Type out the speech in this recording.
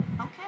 okay